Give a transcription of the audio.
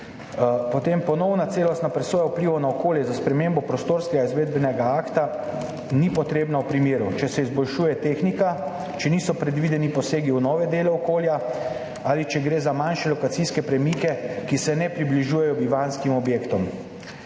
Ponovna celostna presoja vplivov na okolje za spremembo prostorskega izvedbenega akta ni potrebna v primeru, če se izboljšuje tehnika, če niso predvideni posegi v nove dele okolja ali če gre za manjše lokacijske premike, ki se ne približujejo bivanjskim objektom,